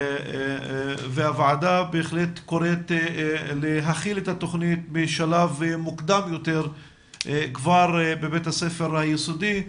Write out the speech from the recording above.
והוועדה קוראת להחיל את התכנית בשלב מוקדם יותר כבר בבית הספר היסודי,